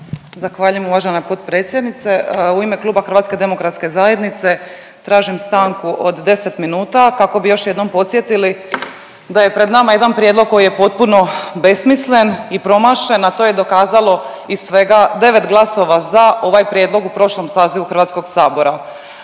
Zahvaljujem uvažena potpredsjednice. U ime kluba Hrvatske demokratske zajednice tražim stanku od 10 minuta kako bi još jednom podsjetili da je pred nama jedan prijedlog koji je potpuno besmislen i promašen, a to je dokazalo i svega 9 glasova za ovaj prijedlog u prošlom sazivu Hrvatskog sabora.